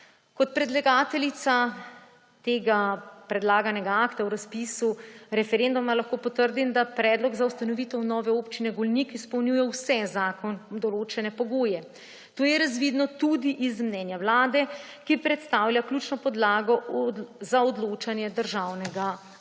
Kot predlagateljica tega predlaganega akta o razpisu referenduma lahko potrdim, da predlog za ustanovitev nove Občine Golnik izpolnjuje vse z zakonom določene pogoje. To je razvidno tudi iz mnenja Vlade, ki predstavlja ključno podlago za odločanje Državnega zbora.